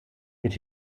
mit